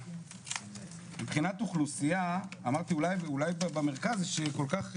מבחינת אוכלוסייה אמרתי אולי במרכז שכל כך,